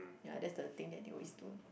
yea that's the thing that they always do